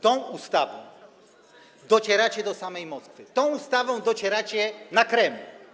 Tą ustawą docieracie do samej Moskwy, tą ustawą docieracie na Kreml.